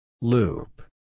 Loop